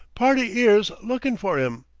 party ere's lookin for im.